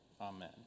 Amen